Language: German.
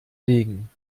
legen